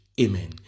Amen